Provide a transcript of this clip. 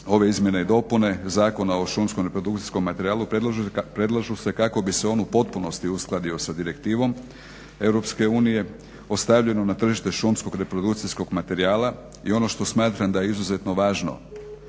ove izmjene i dopune Zakona o šumskom reprodukcijskom materijalu predlažu se kako bi se on u potpunosti uskladio s Direktivom Europske unije ostavljenu na tržište šumskog reprodukcijskog materijala. I ono što smatram da je izuzetno važno